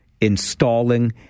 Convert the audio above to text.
installing